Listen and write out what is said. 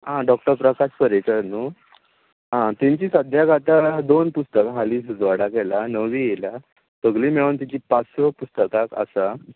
आं डॉक्टर प्रकाश पर्येंकार न्हू आं तेंची सद्याक आतां दोन पुस्तकां हालींच उजवाडाक एयल्यां नवीं एयल्यां सगळीं मेळोन तेचीं पांच स पुस्तकां आसा